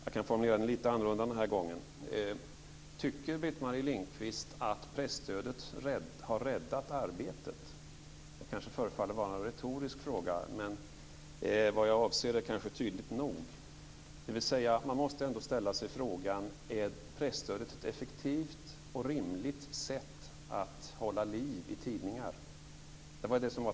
Jag kan formulera den lite annorlunda den här gången: Tycker Britt-Marie Lindkvist att presstödet har räddat Arbetet? Det kanske förefaller vara en retorisk fråga. Men vad jag avser är kanske tydligt nog. Man måste ändå ställa sig frågan: Är presstödet ett effektivt och rimligt sätt att hålla liv i tidningar?